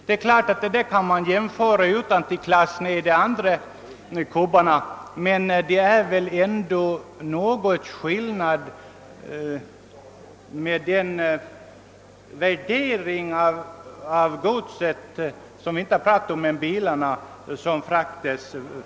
Man kan naturligtvis göra en sådan jämförelse och inte nedvärdera de andra kobbarna, men det är ändå en viss skillnad på Gotland och de små öarna som herr Brandt nämnde.